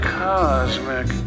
cosmic